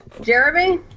Jeremy